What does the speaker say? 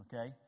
Okay